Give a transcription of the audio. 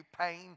pain